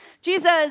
Jesus